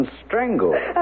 strangled